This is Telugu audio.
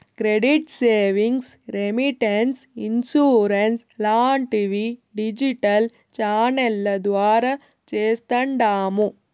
క్రెడిట్ సేవింగ్స్, రెమిటెన్స్, ఇన్సూరెన్స్ లాంటివి డిజిటల్ ఛానెల్ల ద్వారా చేస్తాండాము